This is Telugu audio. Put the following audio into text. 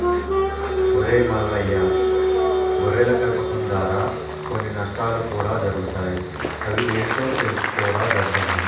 ఒరై మల్లయ్య గొర్రెల పెంపకం దారా కొన్ని నష్టాలు కూడా జరుగుతాయి అవి ఏంటో తెలుసుకోరా దద్దమ్మ